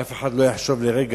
ואף אחד לא יחשוב לרגע: